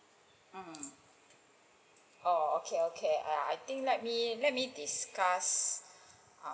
mm oh okay okay I I think let me let me discuss